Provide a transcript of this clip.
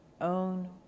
own